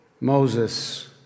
Moses